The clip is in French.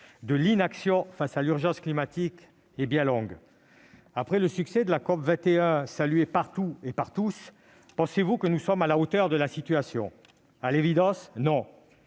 de l'inaction face à l'urgence climatique est bien longue. Après le succès de la COP21, salué partout et par tous, pensez-vous que nous sommes à la hauteur de la situation ? De toute évidence, non